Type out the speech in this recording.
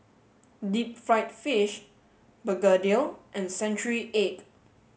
deep fried fish Begedil and century egg